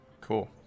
Cool